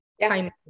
Time